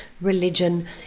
religion